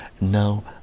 now